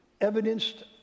evidenced